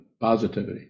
positivity